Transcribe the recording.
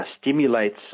stimulates